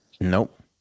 nope